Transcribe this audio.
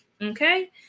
Okay